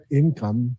income